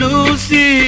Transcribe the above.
Lucy